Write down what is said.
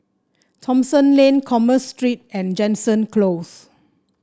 Thomson Lane Commerce Street and Jansen Close